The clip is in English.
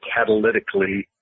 catalytically